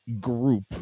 group